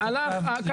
אין, הלך.